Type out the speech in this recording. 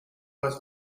was